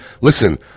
listen